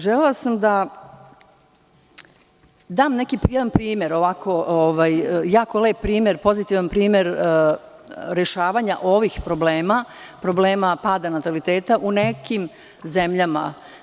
Želela sam da dam neki jako lep primer, pozitivan primer rešavanja ovih problema, problema pada nataliteta u nekim zemljama.